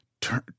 turn